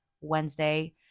Wednesday